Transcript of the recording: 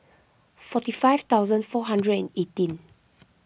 forty five thousand four hundred and eighteen